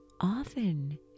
often